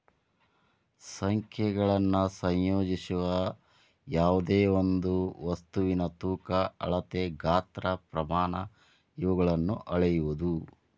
ಸಂಖ್ಯೆಗಳನ್ನು ಸಂಯೋಜಿಸುವ ಯಾವ್ದೆಯೊಂದು ವಸ್ತುವಿನ ತೂಕ ಅಳತೆ ಗಾತ್ರ ಪ್ರಮಾಣ ಇವುಗಳನ್ನು ಅಳೆಯುವುದು